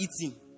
eating